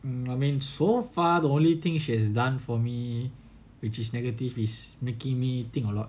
um I mean so far the only thing she has done for me which is negative is making me think a lot